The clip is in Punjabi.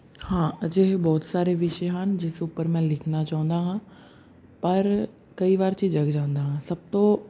ਹਾਂ ਅਜਿਹੇ ਬਹੁਤ ਸਾਰੇ ਵਿਸ਼ੇ ਹਨ ਜਿਸ ਉੱਪਰ ਮੈਂ ਲਿਖਣਾ ਚਾਹੁੰਦਾ ਹਾਂ ਪਰ ਕਈ ਵਾਰ ਝਿਜਕ ਜਾਂਦਾ ਹਾਂ ਸਭ ਤੋਂ